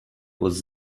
was